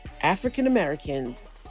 African-Americans